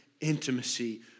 intimacy